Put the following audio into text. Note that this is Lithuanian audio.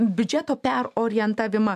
biudžeto perorientavimą